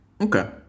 Okay